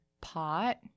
pot